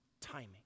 timing